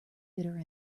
bitter